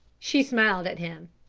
she smiled at him.